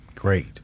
Great